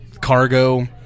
cargo